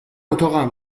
اتاقم